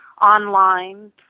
online